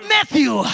Matthew